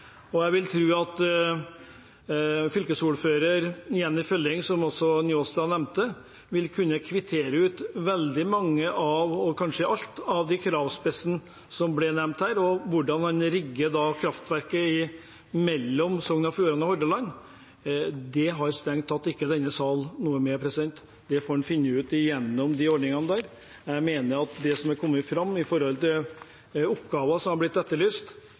fylkeskommuner. Jeg vil tro at fylkesordfører Jenny Følling, som også representanten Njåstad nevnte, vil kunne kvittere ut veldig mange av – kanskje alle – kravspesifikasjonene som ble nevnt her. Og når det gjelder hvordan man rigger kraftverket mellom Sogn og Fjordane og Hordaland, har denne salen strengt tatt ikke noe med det å gjøre. Det får man finne ut gjennom de ordningene. Jeg mener at det som har kommet fram med tanke på oppgaver som har blitt etterlyst,